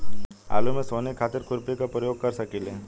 आलू में सोहनी खातिर खुरपी के प्रयोग कर सकीले?